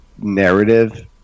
narrative